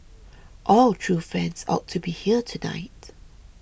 all true fans ought to be here tonight